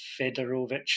Fedorovich